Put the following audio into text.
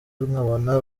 nkabona